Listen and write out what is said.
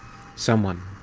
someone,